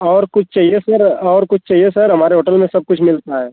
और कुछ चहिए सर और कुछ चहिए सर हमारे होटल में सब कुछ मिलता है